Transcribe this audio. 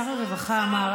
שר הרווחה אמר,